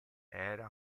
era